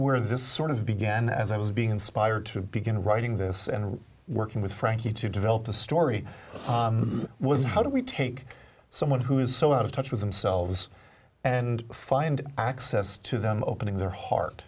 where this sort of began as i was being inspired to begin writing this and working with frankie to develop the story was how do we take someone who is so out of touch with themselves and find access to them opening their heart